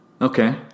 Okay